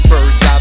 Birds